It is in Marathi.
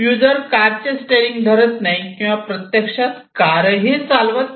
युजर कारचे स्टेरिंग धरत नाही किंवा प्रत्यक्षात कारही चालवत नाही